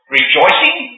rejoicing